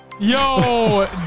Yo